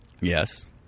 Yes